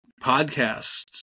podcasts